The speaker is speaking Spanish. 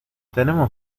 tenemos